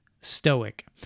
Stoic